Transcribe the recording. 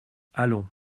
allons